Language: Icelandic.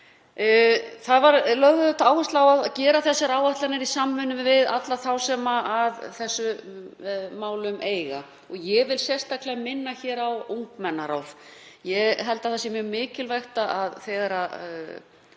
Lögð var áhersla á að gera þessar áætlanir í samvinnu við alla þá sem að þessum málum koma en ég vil sérstaklega minna á ungmennaráð. Ég held að það sé mjög mikilvægt, þegar